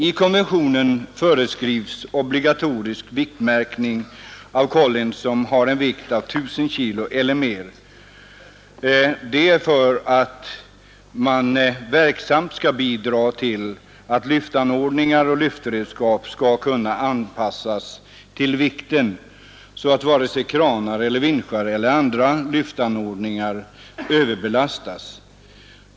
I konventionen har föreskrivits obligatorisk viktmärkning av kollin som har en vikt av I 000 kg eller mer — detta för att verksamt bidra till att lyftanordningar och lyftredskap skall kunna anpassas till vikten, så att varken kranar, vinschar eller andra lyftanordningar överbelastas.